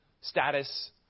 status